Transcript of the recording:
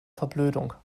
verblödung